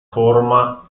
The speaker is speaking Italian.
forma